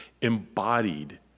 embodied